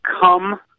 come